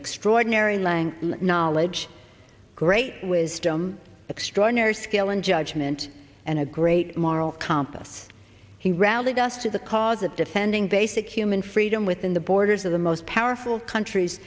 extraordinary lank knowledge great wisdom extraordinary skill and judgment and a great moral compass he rallied us to the cause of defending basic human freedom within the borders of the most powerful countries